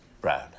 Brown